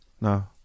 no